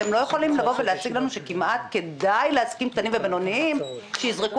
אתם לא יכולים להציג לנו שכמעט כדאי לעסקים קטנים ובינוניים שיזרקו